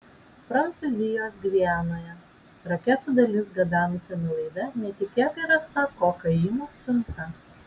prancūzijos gvianoje raketų dalis gabenusiame laive netikėtai rasta kokaino siunta